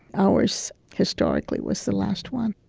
ours, historically, was the last one